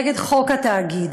נגד חוק התאגיד.